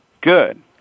good